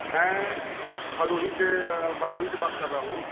मैं भदोही से भदोही से बात कर रहा हूँ